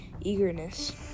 Eagerness